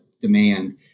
demand